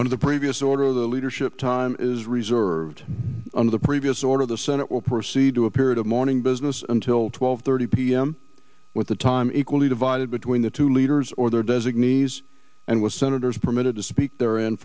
on the previous order the leadership time is reserved under the previous order the senate will proceed to a period of morning business until twelve thirty p m with a time equally divided between the two leaders or their designees and with senators permitted to speak their in